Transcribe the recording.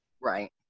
Right